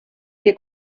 que